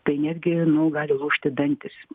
tai netgi nu gali lūžti dantys